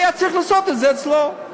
היה צריך לעשות את זה אצלו.